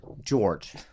George